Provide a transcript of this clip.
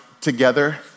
together